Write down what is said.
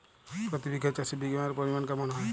প্রতি বিঘা চাষে বিমার পরিমান কেমন হয়?